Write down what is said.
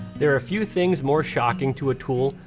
there are a few things more shocking to a tool,